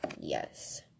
yes